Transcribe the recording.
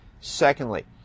Secondly